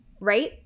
Right